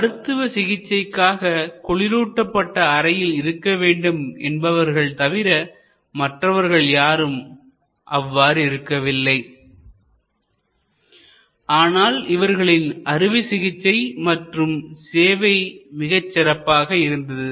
மருத்துவ சிகிச்சைக்காக குளிரூட்டப்பட்ட அறையில் இருக்க வேண்டும் என்பவர்கள் தவிர மற்றவர்கள் யாரும் அவ்வாறு இருக்கவில்லை ஆனால் இவர்களின் அறுவை சிகிச்சை மற்றும் சேவை மிகச் சிறப்பாக இருந்தது